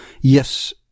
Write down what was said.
yes